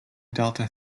delta